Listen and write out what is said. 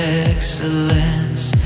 excellence